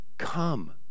come